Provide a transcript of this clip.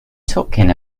talking